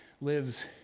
lives